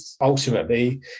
ultimately